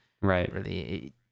Right